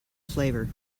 flavor